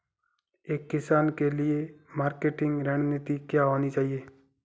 एक किसान के लिए मार्केटिंग रणनीति क्या होनी चाहिए?